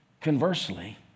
Conversely